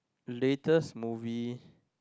latest movie